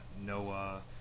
Noah